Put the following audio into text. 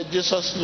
Jesus